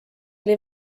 oli